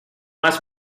has